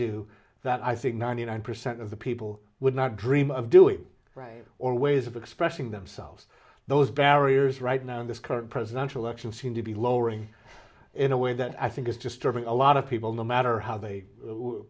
do that i think ninety nine percent of the people would not dream of doing right or ways of expressing themselves those barriers right now in this current presidential election seem to be lowering in a way that i think is disturbing a lot of people no matter how they